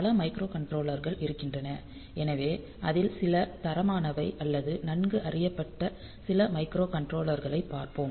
பல மைக்ரோகண்ட்ரோலர்கள் இருக்கின்றன எனவே அதில் சில தரமானவை அல்லது நன்கு அறியப்பட்ட சில மைக்ரோகண்ட்ரோலர்களைப் பார்ப்போம்